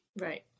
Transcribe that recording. Right